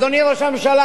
אדוני ראש הממשלה,